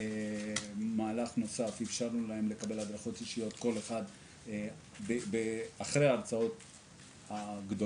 ובמהלך נוסף אפשרנו להם לקבל הדרכות אישיות אחרי ההרצאות הגדולות.